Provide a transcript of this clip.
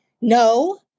no